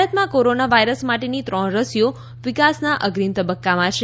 ભારતમાં corona virus માટેની ત્રણ રસીઓ વિકાસના અગ્રીમ તબક્કામાં છે